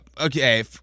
Okay